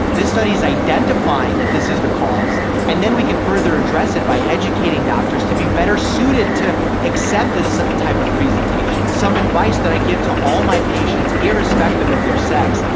this study is identifying that this is the cause and then we can further address it by educating doctors to be better suited to accept a type of presentation. some advice that i give to all my patients, irrespective of their sex,